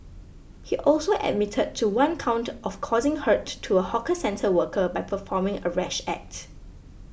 he also admitted to one count of causing hurt to a hawker centre worker by performing a rash act